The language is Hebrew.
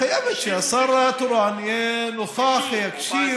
מחייבת שהשר התורן יהיה נוכח, יקשיב.